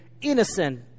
innocent